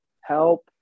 help